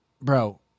Bro